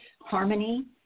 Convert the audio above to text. harmony